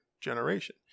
generation